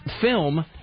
film